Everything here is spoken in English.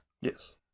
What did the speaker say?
Yes